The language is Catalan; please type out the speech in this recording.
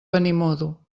benimodo